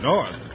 North